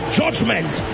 judgment